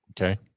Okay